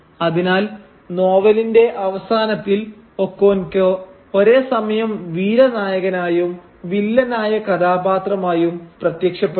അതിനാൽ നോവലിന്റെ അവസാനത്തിൽ ഒക്കോൻകോ ഒരേസമയം വീരനായകനായും വില്ലനായ കഥാപാത്രമായും പ്രത്യക്ഷപ്പെടുന്നു